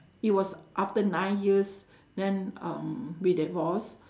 it was after nine years then um we divorced